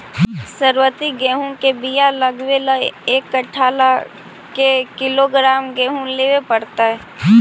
सरबति गेहूँ के बियाह लगबे ल एक कट्ठा ल के किलोग्राम गेहूं लेबे पड़तै?